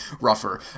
rougher